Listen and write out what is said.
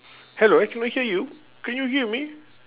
hello I cannot hear you can you hear me